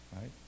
right